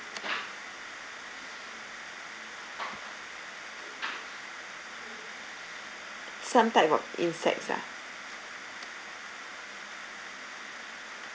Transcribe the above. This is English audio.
some type of insects ah